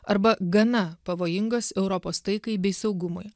arba gana pavojingas europos taikai bei saugumui